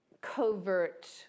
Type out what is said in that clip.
covert